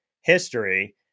history